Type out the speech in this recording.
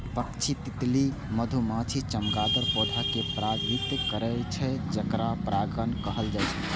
पक्षी, तितली, मधुमाछी, चमगादड़ पौधा कें परागित करै छै, जेकरा परागणक कहल जाइ छै